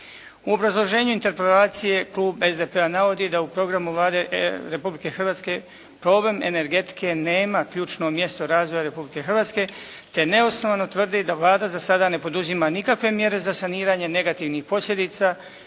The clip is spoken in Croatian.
U obrazloženju interpelacije klub SDP-a navodi da u programu Vlade Republike Hrvatske problem energetike nema ključno mjesto razvoja Republike Hrvatske te neosnovano tvrdi da Vlada za sada ne poduzima nikakve mjere za saniranje negativnih posljedica